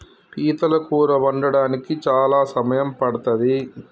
పీతల కూర వండడానికి చాలా సమయం పడ్తది